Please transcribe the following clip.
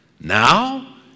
Now